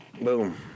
Boom